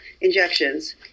injections